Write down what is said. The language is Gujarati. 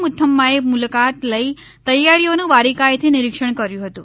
મુથમ્માએ મુલાકાત લઇ તૈયારીઓનું બારીકાઈથી નિરીક્ષણ કર્યુ હતું